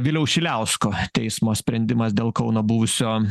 viliaus šiliausko teismo sprendimas dėl kauno buvusio